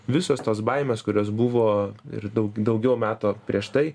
visos tos baimės kurios buvo ir daug daugiau metų prieš tai